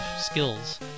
skills